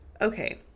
Okay